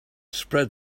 spread